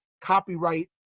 copyright